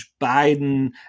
Biden